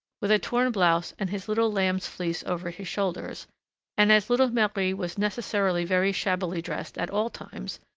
with a torn blouse and his little lamb's fleece over his shoulders and as little marie was necessarily very shabbily dressed at all times,